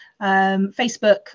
facebook